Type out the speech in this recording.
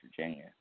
Virginia